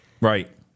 Right